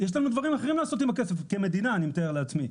יש לנו דברים אחרים לעשות עם הכסף כמדינה אני מתאר לעצמי.